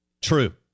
True